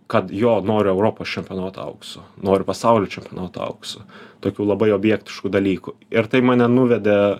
kad jo noriu europos čempionato aukso noriu pasaulio čempionato aukso tokių labai objektiškų dalykų ir tai mane nuvedė